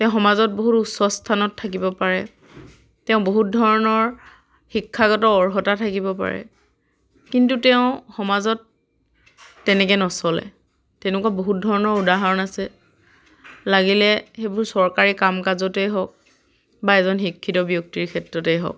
তেওঁ সমাজত বহুত উচ্চ স্থানত থাকিব পাৰে তেওঁ বহুত ধৰণৰ শিক্ষাগত অৰ্হতা থাকিব পাৰে কিন্তু তেওঁ সমাজত তেনেকে নচলে তেনেকুৱা বহুত ধৰণৰ উদাহৰণ আছে লাগিলে সেইবোৰ চৰকাৰী কাম কাজতেই হওক বা এজন শিক্ষিত ব্যক্তিৰ ক্ষেত্ৰতেই হওক